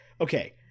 okay